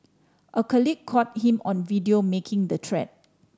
a colleague caught him on video making the threat